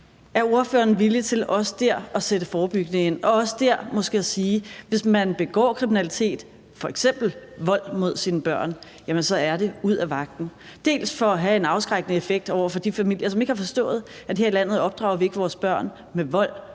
Er ordføreren villig til også der at sætte forebyggende ind og også der måske sige, at hvis man begår kriminalitet, f.eks. vold mod sine børn, så er det ud af vagten – dels for at det kan have en afskrækkende effekt over for de familier, som ikke har forstået, at her i landet opdrager vi ikke vores børn med vold,